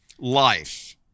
life